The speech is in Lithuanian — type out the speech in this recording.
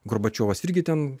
gorbačiovas irgi ten